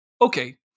Okay